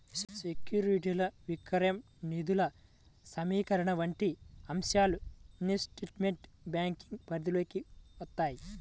సెక్యూరిటీల విక్రయం, నిధుల సమీకరణ వంటి అంశాలు ఇన్వెస్ట్మెంట్ బ్యాంకింగ్ పరిధిలోకి వత్తాయి